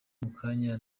mukanya